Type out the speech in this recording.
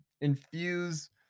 infuse